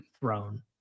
throne